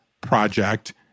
project